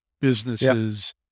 businesses